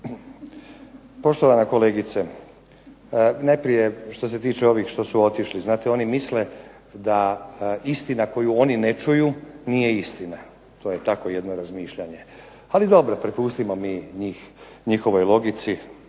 Poštovana kolegice, najprije što se tiče ovih što su otišli. Znate oni misle da istina koju oni ne čuju nije istina. To je tako jedno razmišljanje. Ali dobro prepustimo mi njih njihovoj logici